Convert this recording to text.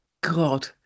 God